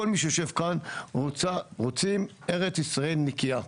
כל מי שיושב כאן רוצים ארץ ישראל נקייה.